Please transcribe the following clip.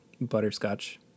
butterscotch